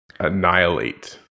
Annihilate